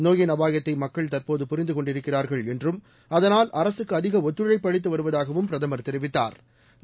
நோயின் அபாயத்தை மக்கள் தற்போது புரிந்து கொண்டிருக்கிறா்கள் என்றும் அதனால் அரசுக்கு அதிக ஒத்துழைப்பு அளித்து வருவதாகவும் பிரதம் தெரிவித்தாா்